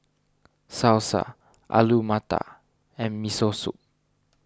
Salsa Alu Matar and Miso Soup